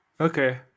okay